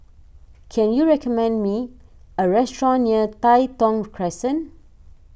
can you recommend me a restaurant near Tai Thong Crescent